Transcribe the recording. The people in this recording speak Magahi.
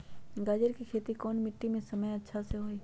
गाजर के खेती कौन मिट्टी पर समय अच्छा से होई?